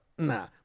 Nah